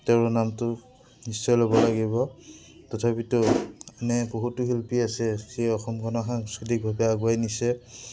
তেওঁৰ নামটো নিশ্চয় ল'ব লাগিব তথাপিতো এনে বহুতো শিল্পী আছে যি অসমখনক সাংস্কৃতিকভাৱে আগুৱাই নিছে